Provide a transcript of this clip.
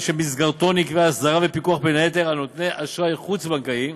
שבמסגרתו נקבעו הסדרה ופיקוח בין היתר על נותני אשראי חוץ-בנקאי,